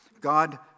God